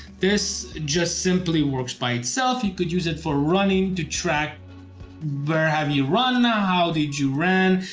this just simply works by itself. you could use it for running to track where have you run? ah how did you run?